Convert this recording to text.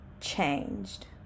changed